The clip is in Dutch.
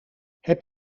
heb